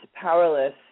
powerless